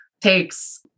takes